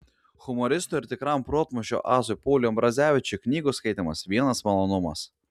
humoristui ir tikram protmūšių asui pauliui ambrazevičiui knygų skaitymas vienas malonumas